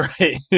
right